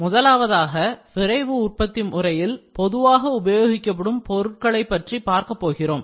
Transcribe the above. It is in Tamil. முதலாவதாக விரைவு உற்பத்தி முறையில் பொதுவாக உபயோகிக்கப்படும் பொருட்களை பற்றி பார்க்கப் போகிறோம்